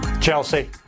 Chelsea